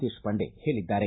ದೇಶಪಾಂಡೆ ಹೇಳಿದ್ದಾರೆ